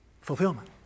fulfillment